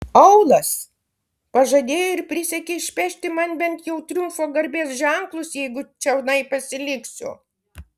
aulas pažadėjo ir prisiekė išpešti man bent jau triumfo garbės ženklus jeigu čionai pasiliksiu